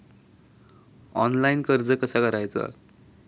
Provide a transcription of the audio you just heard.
Online कर्ज कसा करायचा?